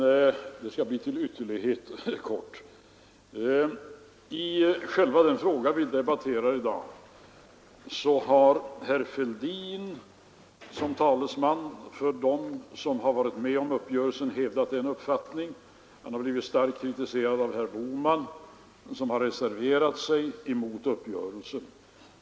Fru talman! Jag skall bli till ytterlighet kortfattad. I den fråga vi debatterar i dag har herr Fälldin som talesman för dem som har varit med om uppgörelsen hävdat en uppfattning. Han har blivit starkt kritiserad av herr Bohman, som har reserverat sig mot uppgörelsen.